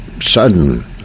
sudden